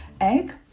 egg